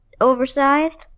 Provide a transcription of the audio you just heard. oversized